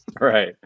Right